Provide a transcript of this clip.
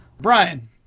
Brian